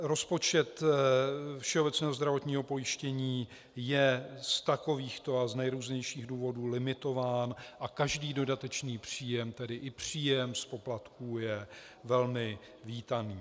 Rozpočet všeobecného zdravotního pojištění je z takovýchto a z nejrůznějších důvodů limitován a každý dodatečný příjem, tedy i příjem z poplatků, je velmi vítaný.